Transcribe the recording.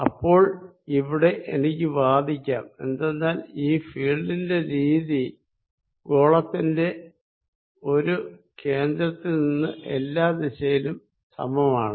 അപ്പോൾ ഇവിടെ എനിക്ക് വാദിക്കാം എന്തെന്നാൽ ഈ ഫീൽഡിന്റെ രീതി ഗോളത്തിൽ ഒരു കേന്ദ്രത്തിൽ നിന്ന് എല്ലാ ദിശയിലും സമമാണ്